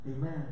Amen